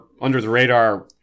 under-the-radar